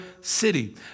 city